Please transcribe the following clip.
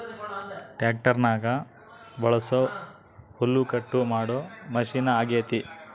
ಟ್ಯಾಕ್ಟರ್ನಗ ಬಳಸೊ ಹುಲ್ಲುಕಟ್ಟು ಮಾಡೊ ಮಷಿನ ಅಗ್ಯತೆ